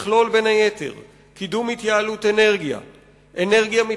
שתכלול בין היתר קידום התייעלות אנרגיה מתחדשת,